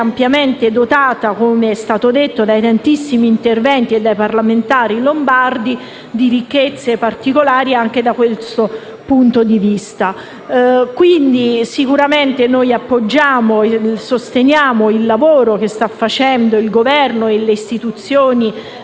ampiamente dotata, com'è stato detto in tantissimi interventi e dai parlamentari lombardi, di ricchezze particolari anche da questo punto di vista. Sicuramente noi appoggiamo e sosteniamo il lavoro che stanno facendo il Governo, le istituzioni